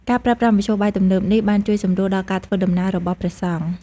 ការប្រើប្រាស់មធ្យោបាយទំនើបនេះ បានជួយសម្រួលដល់ការធ្វើដំណើររបស់ព្រះសង្ឃ។